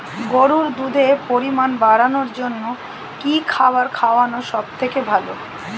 গরুর দুধের পরিমাণ বাড়ানোর জন্য কি খাবার খাওয়ানো সবথেকে ভালো?